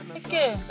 okay